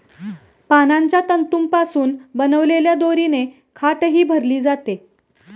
पानांच्या तंतूंपासून बनवलेल्या दोरीने खाटही भरली जाते